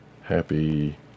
Happy